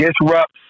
disrupts